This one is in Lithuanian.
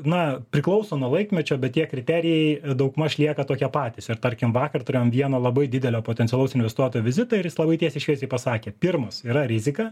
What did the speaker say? na priklauso nuo laikmečio bet tie kriterijai daugmaž lieka tokie patys ir tarkim vakar turėjom vieno labai didelio potencialaus investuotojo vizitą ir jis labai tiesiai šviesiai pasakė pirmas yra rizika